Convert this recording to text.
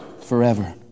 forever